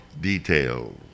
details